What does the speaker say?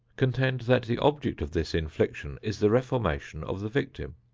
contend that the object of this infliction is the reformation of the victim.